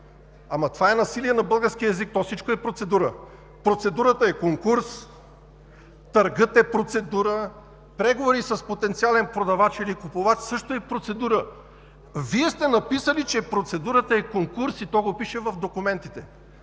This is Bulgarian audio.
Това е насилие на българския език. То всичко е процедура – процедурата е конкурс, търгът е процедура, преговорите с потенциален продавач или купувач също са процедура. Вие сте написали, че процедурата е конкурс – пише го в документите.